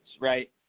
right